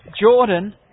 Jordan